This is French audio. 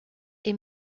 est